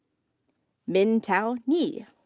mintao nie.